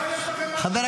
חבר הכנסת